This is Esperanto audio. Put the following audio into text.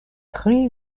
tri